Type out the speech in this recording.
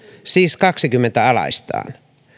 siis kahteenkymmeneen alaistaan